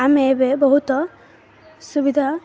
ଆମେ ଏବେ ବହୁତ ସୁବିଧା